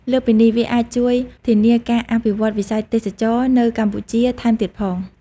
លើសពីនេះ វាអាចជួយធានាការអភិវឌ្ឍវិស័យទេសចរណ៍នៅកម្ពុជាថែមទៀតផង។